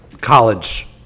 college